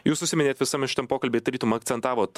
jūs užsiminėt visame šitam pokalby tarytum akcentavot